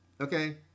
okay